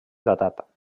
datat